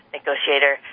negotiator